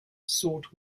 sought